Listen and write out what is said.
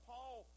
Paul